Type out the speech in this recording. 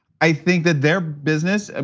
i think that their business, ah